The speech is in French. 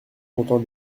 content